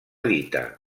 dita